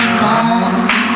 gone